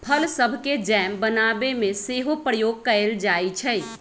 फल सभके जैम बनाबे में सेहो प्रयोग कएल जाइ छइ